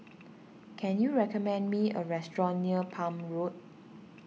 can you recommend me a restaurant near Palm Road